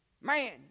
Man